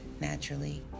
naturally